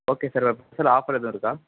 okay sir sir offer எதுவும் இருக்கா